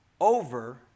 over